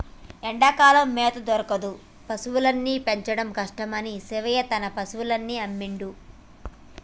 ఎండాకాలం మేత దొరకదు పశువుల్ని పెంచడం కష్టమని శీనయ్య తన పశువుల్ని అమ్మిండు